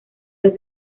dos